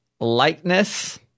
lightness